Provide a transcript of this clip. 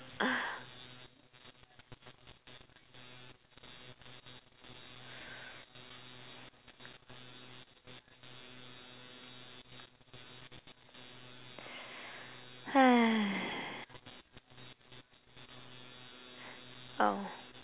oh